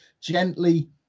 gently